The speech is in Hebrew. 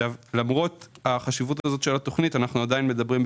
למרות החשיבות הזאת של התוכנית אנחנו עדיין מדברים,